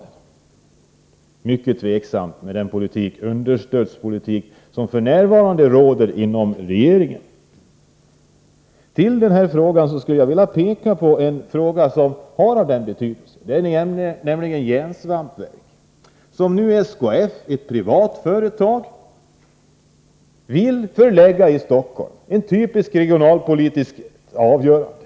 Det är mycket tveksamt med den understödspolitik som f.n. bedrivs av regeringen. I detta sammanhang skulle jag vilja peka på en fråga som har stor betydelse. Det gäller nämligen järnsvampsverket, som nu SKF, ett privat företag, vill förlägga till Stockholm. Det är ett typiskt regionalpolitiskt avgörande.